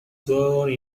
sword